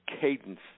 cadence